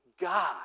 God